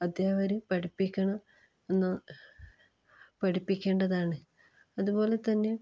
അദ്ധ്യാപകർ പഠിപ്പിക്കണം എന്ന് പഠിപ്പിക്കേണ്ടതാണ് അതുപോലെ തന്നെ